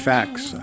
Facts